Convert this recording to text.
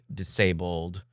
disabled